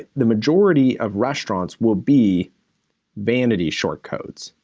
ah the majority of restaurants will be vanity short codes.